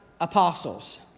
apostles